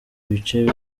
ibice